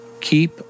keep